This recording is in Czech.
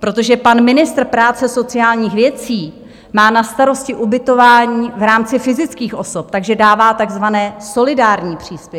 protože pan ministr práce a sociálních věcí má na starosti ubytování v rámci fyzických osob, takže dává takzvané solidární příspěvky.